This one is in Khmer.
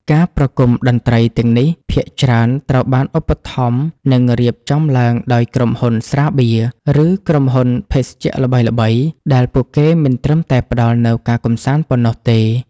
ការប្រគំតន្ត្រីទាំងនេះ ភាគច្រើនត្រូវបានឧបត្ថម្ភ និងរៀបចំឡើងដោយក្រុមហ៊ុនស្រាបៀរ ឬក្រុមហ៊ុនភេសជ្ជៈល្បីៗ ដែលពួកគេមិនត្រឹមតែផ្ដល់នូវការកម្សាន្តប៉ុណ្ណោះទេ។